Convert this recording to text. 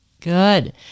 Good